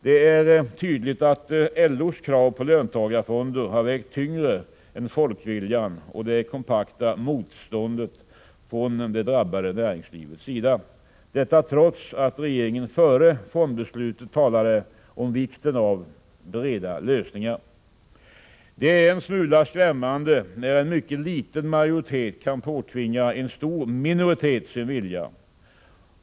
Det är tydligt att LO:s krav på löntagarfonder har vägt tyngre än folkviljan och det kompakta motståndet från det drabbade näringslivets sida, detta trots att regeringen före fondbeslutet talade om vikten av breda lösningar. Det är en smula skrämmande när en mycket liten majoritet kan påtvinga en stor minoritet sin vilja.